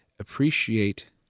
appreciate